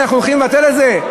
אנחנו הולכים לבטל את זה?